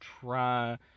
try